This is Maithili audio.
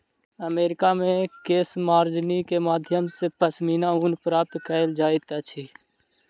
अमेरिका मे केशमार्जनी के माध्यम सॅ पश्मीना ऊन प्राप्त कयल जाइत अछि